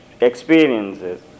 experiences